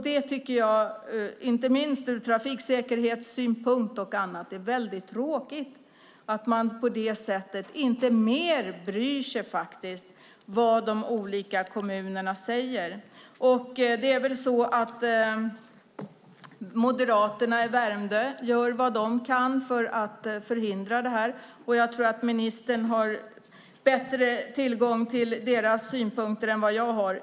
Jag tycker att det, inte minst ur trafiksäkerhetssynpunkt, är tråkigt att man inte mer bryr sig om vad de olika kommunerna säger. Moderaterna i Värmdö gör vad de kan för att förhindra detta. Jag tror att ministern har bättre tillgång till deras synpunkter än vad jag har.